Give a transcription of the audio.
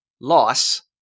loss